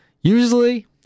usually